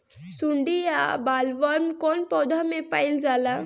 सुंडी या बॉलवर्म कौन पौधा में पाइल जाला?